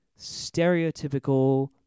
stereotypical